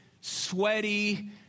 sweaty